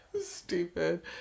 Stupid